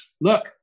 Look